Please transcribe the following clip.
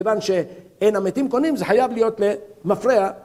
מכיוון שאין המתים קונים זה חייב להיות למפרע